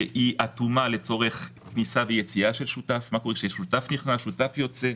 שהיא אטומה לצורך כניסה ויציאה של שותף מה קורה כששותף נכנס או יוצא.